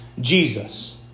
Jesus